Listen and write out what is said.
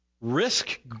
Risk